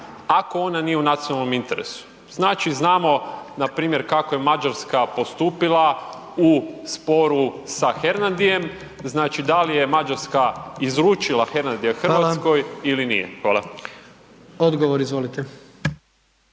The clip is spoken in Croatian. ako ona nije u nacionalnom interesu. Znači znamo npr. kako je Mađarska postupila u sporu sa Hernadijem, da li je Mađarska izručila Hernadija Hrvatskoj ili nije? Hvala. **Jandroković,